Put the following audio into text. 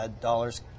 dollars